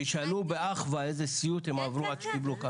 תשאלו באחווה איזה סיוט הם עברו עד שהם קיבלו.